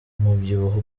umubyibuho